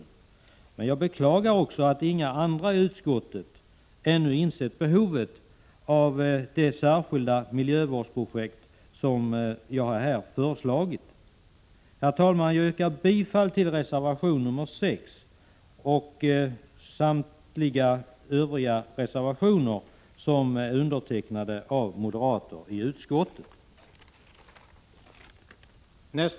Jag beklagar samtidigt 7 maj 1987 att inga andra i utskottet ännu insett behovet av det särskilda miljövårdsprojekt som här föreslagits. Herr talman! Jag yrkar bifall till reservation nr 6 samt till samtliga övriga reservationer som är undertecknade av moderaterna i utskottet.